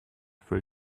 free